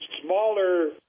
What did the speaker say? smaller